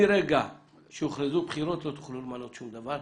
מרגע שהוכרזו בחירות, לא תוכלו למנות שום דבר.